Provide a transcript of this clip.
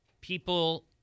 people